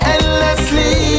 Endlessly